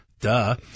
Duh